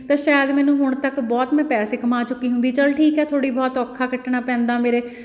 ਤਾਂ ਸ਼ਾਇਦ ਮੈਨੂੰ ਹੁਣ ਤੱਕ ਬਹੁਤ ਮੈਂ ਪੈਸੇ ਕਮਾ ਚੁੱਕੀ ਹੁੰਦੀ ਚਲ ਠੀਕ ਹੈ ਥੋੜ੍ਹੀ ਬਹੁਤ ਔਖਾ ਕੱਟਣਾ ਪੈਂਦਾ ਮੇਰੇ